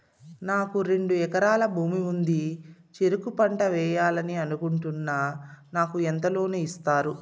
నాకు రెండు ఎకరాల భూమి ఉంది, చెరుకు పంట వేయాలని అనుకుంటున్నా, నాకు ఎంత లోను ఇస్తారు?